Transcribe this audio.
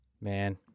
Man